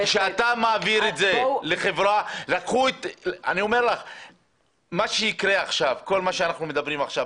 כשאתה מעביר את זה לחברה מה שיקרה עכשיו יקחו